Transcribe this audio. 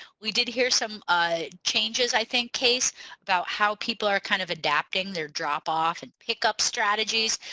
we did hear some ah changes i think casey about how people are kind of adapting their drop-off and pickup strategies.